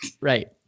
right